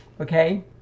okay